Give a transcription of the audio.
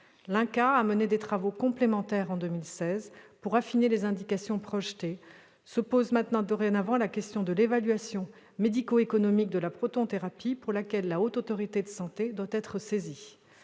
Il a mené des travaux complémentaires, en 2016, pour affiner les indications « projetées ». Se pose dorénavant la question de l'évaluation médico-économique de la protonthérapie, pour laquelle la Haute Autorité de santé doit être saisie.